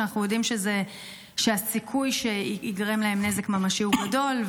שאנחנו יודעים שהסיכוי שייגרם להם נזק ממשי הוא גדול,